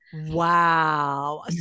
Wow